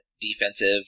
defensive